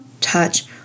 touch